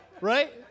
Right